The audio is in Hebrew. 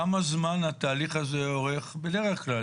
כמה זמן התהליך הזה אורך בדרך כלל,